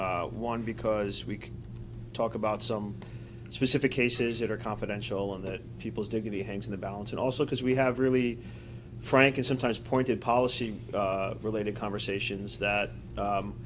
one because we can talk about some specific cases that are confidential and that people's dignity hangs in the balance and also because we have really frankly sometimes pointed policy related conversations that